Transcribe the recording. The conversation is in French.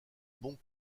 bon